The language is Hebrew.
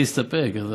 להסתפק.